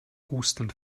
hustend